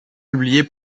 publié